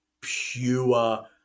pure